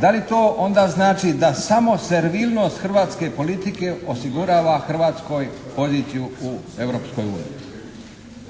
Da li to onda znači da samo servilnost Hrvatske politike osigurava Hrvatskoj poziciju u Europskoj uniji?